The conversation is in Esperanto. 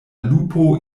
lupo